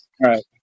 right